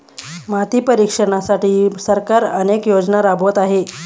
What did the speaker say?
माती परीक्षणासाठी सरकार अनेक योजना राबवत आहे